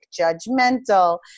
judgmental